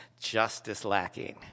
justice-lacking